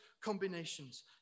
combinations